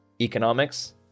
Economics